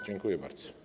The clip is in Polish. Dziękuję bardzo.